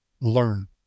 learn